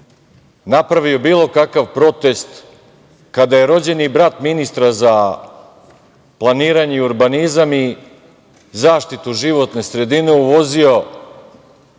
napravio bilo kakav protest kada je rođeni brat ministra za planiranje i urbanizam i zaštitu životne sredine, uvozio